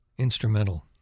Instrumental